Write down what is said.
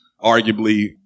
arguably